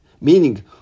meaning